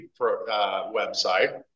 website